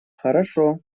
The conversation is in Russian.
хорошо